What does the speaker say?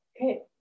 Okay